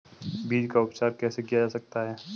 बीज का उपचार कैसे किया जा सकता है?